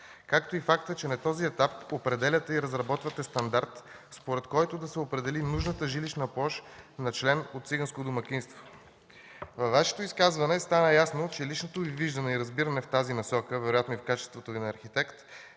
както и факта, че на този етап разработвате стандарт, според който да се определи нужната жилищна площ на член от циганско домакинство. От Вашето изказване стана ясно, че личното Ви виждане и разбиране в тази насока, вероятно и в качеството Ви на архитект,